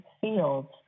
fields